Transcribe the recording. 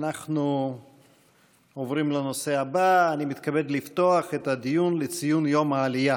אנחנו עוברים לנושא הבא, ציון יום העלייה,